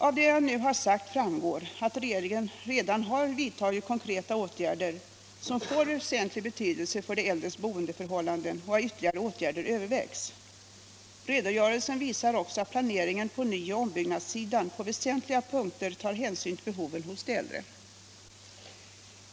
Av vad jag nu har sagt framgår att regeringen redan har vidtagit konkreta åtgärder som får väsentlig betydelse för de äldres boendeförhållanden och att ytterligare åtgärder övervägs. Redogörelsen visar också att planeringen på nyoch ombyggnadssidan på väsentliga punkter tar hänsyn till behoven hos de äldre.